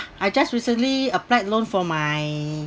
I just recently applied loan for my